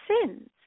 sins